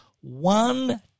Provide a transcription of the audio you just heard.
one